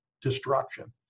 destruction